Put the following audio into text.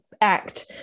act